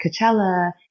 Coachella